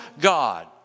God